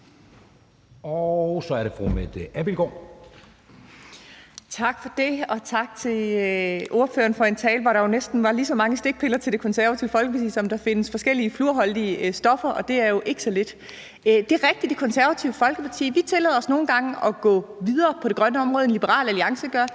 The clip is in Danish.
Kl. 14:00 Mette Abildgaard (KF): Tak for det, og tak til ordføreren for en tale, hvor der jo næsten var lige så mange stikpiller til Det Konservative Folkeparti, som der findes forskellige fluorholdige stoffer, og det er jo ikke så lidt. Det er rigtigt, at vi i Det Konservative Folkeparti nogle gange tillader os at gå videre på det grønne område, end Liberal Alliance gør.